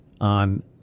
on